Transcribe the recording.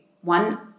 one